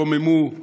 רוממו,